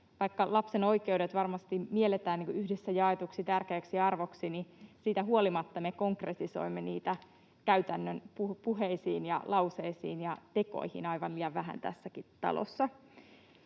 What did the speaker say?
vaikka lapsen oikeudet varmasti mielletään yhdessä jaetuksi tärkeäksi arvoksi, niin siitä huolimatta me konkretisoimme niitä käytännön puheisiin ja lauseisiin ja tekoihin aivan liian vähän tässäkin talossa.